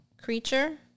Creature